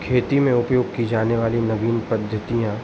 खेती में उपयोग कि जाने वाली नवीन पद्धतियाँ